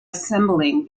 assembling